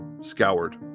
scoured